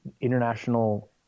international